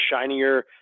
shinier